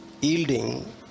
yielding